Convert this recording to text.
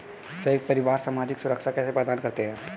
संयुक्त परिवार सामाजिक सुरक्षा कैसे प्रदान करते हैं?